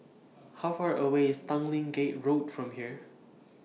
How Far away IS Tanglin Gate Road from here